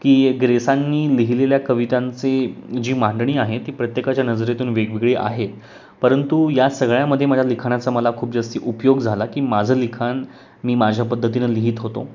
की ग्रेसांनी लिहिलेल्या कवितांची जी मांडणी आहे ती प्रत्येकाच्या नजरेतून वेगवेगळी आहे परंतु या सगळ्यामध्ये माझ्या लिखाणाचा मला खूप जास्ती उपयोग झाला की माझं लिखाण मी माझ्या पद्धतीनं लिहीत होतो